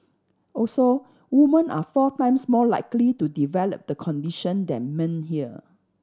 also women are four times more likely to develop the condition than men are